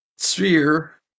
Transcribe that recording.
Sphere